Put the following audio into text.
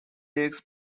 takes